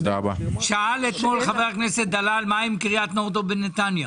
שאל אתמול חבר הכנסת דלל מה עם קריית נורדאו בנתניה.